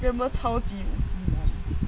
grammar 超惨